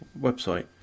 website